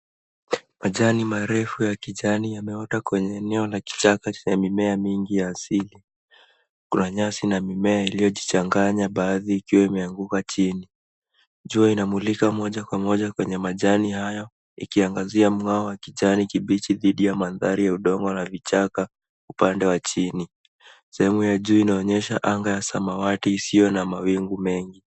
Majani marefu ya kijani yameota kwenye eneo la kichaka chenye mimea mingi ya asili. Kuna nyasi na mimea iliyojichanganya, baadhi ikiwa imeanguka chini. Jua inamulika moja kwa moja kwenye majani hayo, ikiangazia mng'ao wa kijani kibichi dhidi ya mandhari ya udongo na vichaka upande wa chini. Sehemu ya juu inaonyesha anga ya samawati isiyo na mawingu mengi.